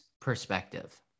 perspective